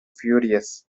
furious